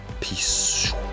Peace